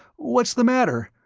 what's the matter?